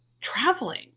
traveling